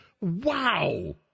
Wow